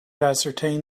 ascertain